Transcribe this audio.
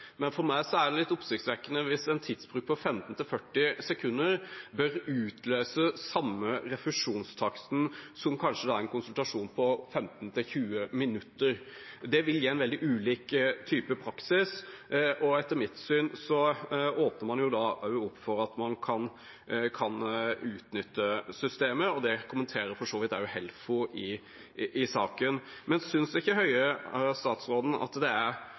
For meg er det litt oppsiktsvekkende hvis en tidsbruk på 15–40 sekunder bør utløse samme refusjonstakst som en konsultasjon på kanskje 15–20 minutter. Det vil gi en veldig ulik type praksis, og etter mitt syn åpner man da opp for at man kan utnytte systemet. Det kommenterer for så vidt også Helfo i saken. Synes ikke statsråd Høie at det er